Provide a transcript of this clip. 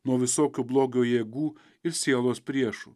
nuo visokių blogio jėgų ir sielos priešų